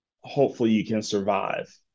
hopefully-you-can-survive